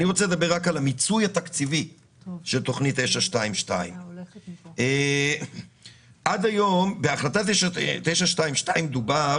אני רוצה לדבר רק על המיצוי התקציבי של תכנית 922. בהחלטה 922 דובר